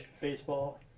Baseball